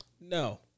No